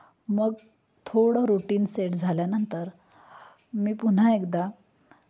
मग थोडं routine set झाल्यानंतर मी पुन्हा एकदा